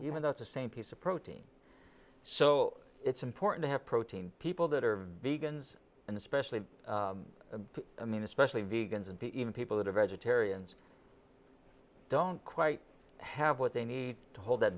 even though it's the same piece of protein so it's important to have protein people that are vegans and especially i mean especially vegans and the even people that are vegetarians don't quite have what they need to hold that